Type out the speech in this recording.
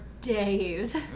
days